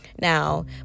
Now